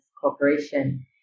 Corporation